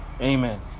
Amen